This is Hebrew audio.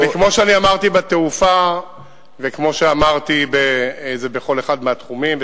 כמו שאני אמרתי בתעופה וכמו שאמרתי את זה בכל אחד מהתחומים,